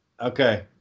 Okay